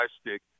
stick